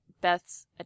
Beth's